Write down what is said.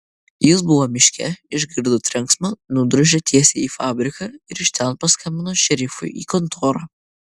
jis buvo miške išgirdo trenksmą nudrožė tiesiai į fabriką ir iš ten paskambino šerifui į kontorą